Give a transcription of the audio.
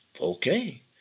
Okay